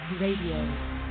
Radio